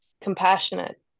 compassionate